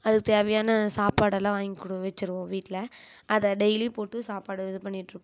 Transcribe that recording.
அதுக்குத் தேவையான சாப்பாடெல்லாம் வாங்கி வச்சுருவோம் வீட்டில் அதை டெய்லி போட்டு சாப்பாடு இதுபண்ணிட்டுருப்போம்